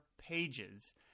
pages